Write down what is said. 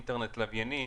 באינטרנט לווייני